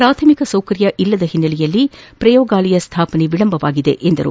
ಪ್ರಾಥಮಿಕ ಸೌಕರ್ಯವಿಲ್ಲದ ಹಿನ್ನಲೆಯಲ್ಲಿ ಪ್ರಯೋಗಾಲಯ ಸ್ಥಾಪನೆ ವಿಳಂಬವಾಗಿದೆಯೆಂದರು